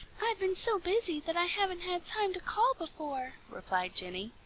i've been so busy that i haven't had time to call before, replied jenny.